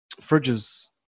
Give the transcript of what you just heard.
Fridge's